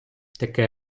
таке